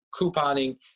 couponing